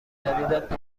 جدیدت